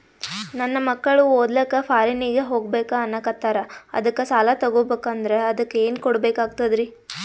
ನನ್ನ ಮಕ್ಕಳು ಓದ್ಲಕ್ಕ ಫಾರಿನ್ನಿಗೆ ಹೋಗ್ಬಕ ಅನ್ನಕತ್ತರ, ಅದಕ್ಕ ಸಾಲ ತೊಗೊಬಕಂದ್ರ ಅದಕ್ಕ ಏನ್ ಕೊಡಬೇಕಾಗ್ತದ್ರಿ?